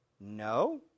No